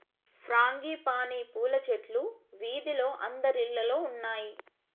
frangipani పూల చెట్లు వీధిలో అందరిల్లల్లో ఉన్నాయి